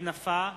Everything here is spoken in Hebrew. סעיד נפאע,